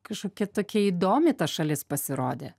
kažkokia tokia įdomi ta šalis pasirodė